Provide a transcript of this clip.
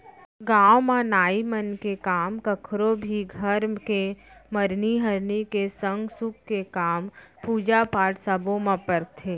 गाँव म नाई मन के काम कखरो भी घर के मरनी हरनी के संग सुख के काम, पूजा पाठ सब्बो म परथे